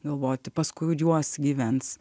galvoti pas kuriuos gyvens